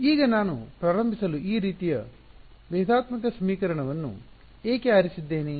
ಈಗ ನಾನು ಪ್ರಾರಂಭಿಸಲು ಈ ರೀತಿಯ ಭೇದಾತ್ಮಕ ಸಮೀಕರಣವನ್ನು ಏಕೆ ಆರಿಸಿದ್ದೇನೆ